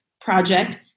project